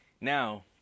Now